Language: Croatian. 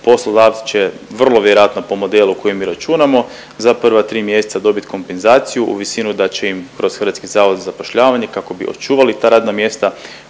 poslodavci će vrlo vjerojatno po modelu koji mi računamo za prva tri mjeseca dobit kompenzaciju u visinu da će im kroz Hrvatski zavod za zapošljavanje, kako bi očuvali ta radna mjesta